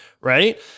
right